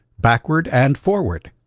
backward and forward.